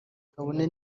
kabone